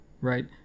right